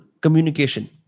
communication